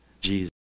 Jesus